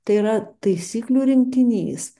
tai yra taisyklių rinkinys